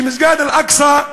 שמסגד אל-אקצא,